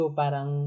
parang